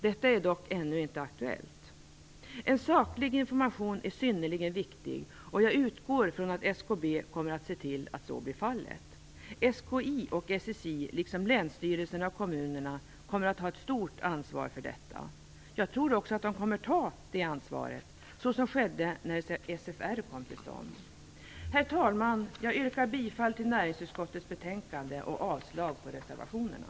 Detta är dock ännu inte aktuellt. En saklig information är synnerligen viktig, och jag utgår från att SKB kommer att se till att så blir fallet. SKI och SSI liksom länsstyrelserna och kommunerna kommer att ha ett stort ansvar för detta. Jag tror också att de kommer att ta detta ansvar, så som skedde när SFR kom till stånd. Herr talman! Jag yrkar bifall till näringsutskottets hemställan och avslag på reservationerna.